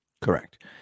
Correct